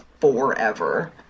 forever